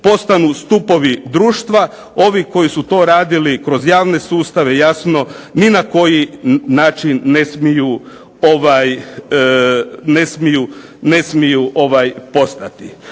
postanu stupovi društva ovi koji su to radili kroz javne sustave jasno ni na koji način ne smiju postati.